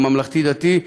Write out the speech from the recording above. לממלכתי-דתי,